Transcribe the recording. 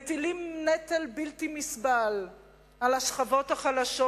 מטילים נטל בלתי נסבל על השכבות החלשות,